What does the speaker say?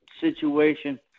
situation